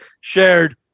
shared